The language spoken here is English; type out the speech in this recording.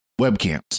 webcams